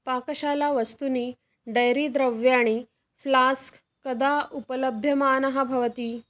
पाकशाला वस्तूनि डैरी द्रव्याणि फ़्लास्क् कदा उपलभ्यमानः भवति